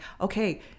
okay